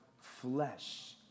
flesh